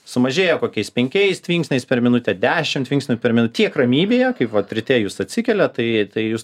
sumažėja kokiais penkiais tvinksniais per minutę dešim tvinksnių per minu tiek ramybėje kai vat ryte jūs atsikeliat tai tai jūs